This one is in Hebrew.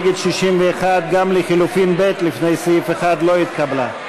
נגד 61. גם לחלופין ב' לפני סעיף 1 לא התקבלה.